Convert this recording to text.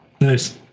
Nice